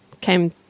came